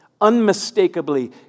unmistakably